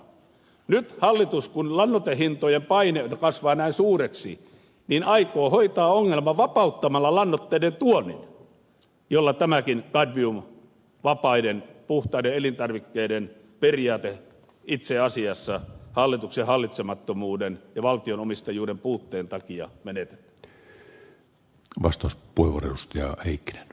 nyt hallitus kun lannoitehintojen paine kasvaa näin suureksi aikoo hoitaa ongelman vapauttamalla lannoitteiden tuonnin jolla tämäkin kadmiumvapaiden puhtaiden elintarvikkeiden periaate itse asiassa hallituksen hallitsemattomuuden ja valtionomistajuuden puutteen takia menetetään